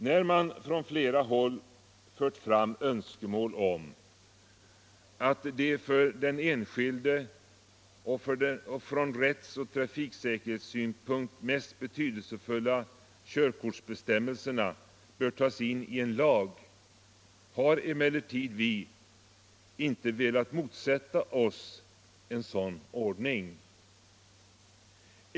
När man från flera håll har fört fram önskemål om att de för den enskilde och från rättsoch trafiksäkerhetssynpunkt mest betydelsefulla körkortsbestämmelserna bör tas in i en lag, har emellertid vi inte velat motsätta oss en sådan ordning.